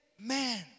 man